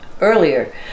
earlier